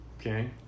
Okay